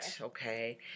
Okay